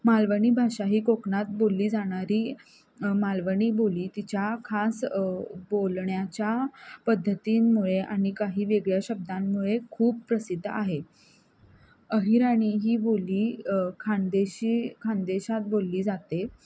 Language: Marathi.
मालवणी भाषा ही कोकणात बोलली जाणारी मालवणी बोली तिच्या खास बोलण्याच्या पद्धतींमुळे आणि काही वेगळ्या शब्दांमुळे खूप प्रसिद्ध आहे अहिराणी ही बोली खानदेशी खानदेशात बोलली जाते